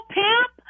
pimp